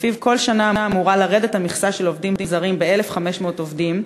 שלפיו כל שנה אמורה לרדת המכסה של העובדים הזרים ב-1,500 עובדים,